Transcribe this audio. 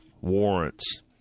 warrants